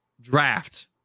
draft